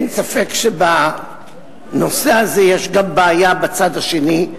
אין ספק שבנושא הזה יש גם בעיה בצד השני.